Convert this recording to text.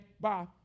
Bye